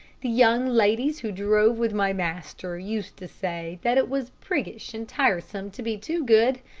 the young ladies who drove with my master used to say that it was priggish and tiresome to be too good.